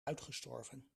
uitgestorven